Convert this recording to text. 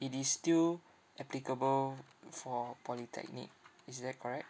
it is still applicable for polytechnic is that correct